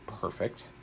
perfect